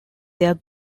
their